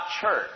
church